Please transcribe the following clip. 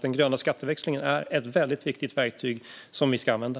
Den gröna skatteväxlingen är ett väldigt viktigt verktyg som vi ska använda.